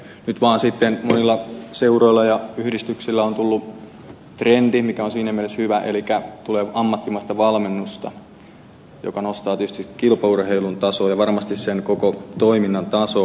nyt vaan sitten monilla seuroilla ja yhdistyksillä on tullut trendi mikä on siinä mielessä hyvä elikkä tulee ammattimaista valmennusta joka nostaa tietysti kilpaurheilun tasoa ja varmasti sen koko toiminnan tasoa